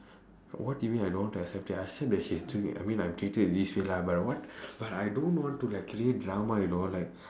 what do you mean I don't accept it I accept that she's doing it I mean I'm treated this way lah but what but I don't want to like create drama you know like